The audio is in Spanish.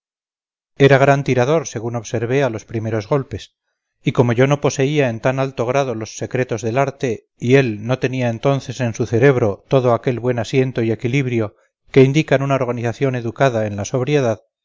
era gran tirador según observé a los primeros golpes y como yo no poseía en tal alto grado los secretos del arte y él no tenía entonces en su cerebro todo aquel buen asiento y equilibrio que indican una organización educada en la sobriedad